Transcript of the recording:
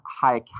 high